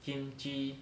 kimchi